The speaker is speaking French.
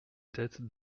tête